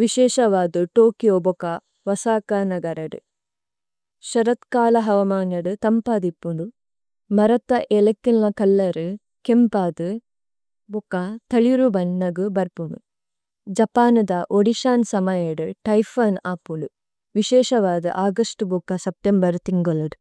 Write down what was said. വിശഇഷാവാദ Tokyo ബഗാ Osaka നഗാരാദ। ശരദകാല ഹവമാന ടഈഫാന ആപിലി। വിശഇഷാവാദ ആഗരസടി ബഗാ സപടിയംബരതിംഗലഡരദ।